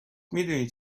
میدونی